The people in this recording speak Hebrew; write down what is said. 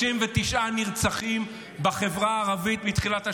39 נרצחים בחברה הערבית מתחילת השנה.